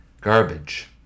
Garbage